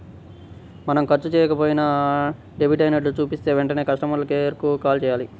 మనం ఖర్చు చెయ్యకపోయినా డెబిట్ అయినట్లు చూపిస్తే వెంటనే కస్టమర్ కేర్ కు కాల్ చేయాలి